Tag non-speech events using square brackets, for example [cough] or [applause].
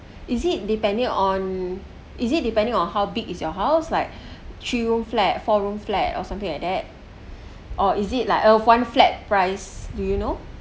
is it depending on is it depending on how big is your house like [breath] three room flat four room flat or something like that or is it like a one flat price do you know